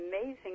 amazing